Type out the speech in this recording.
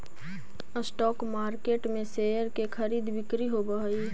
stock market में share के खरीद बिक्री होवऽ हइ